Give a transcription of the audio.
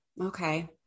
Okay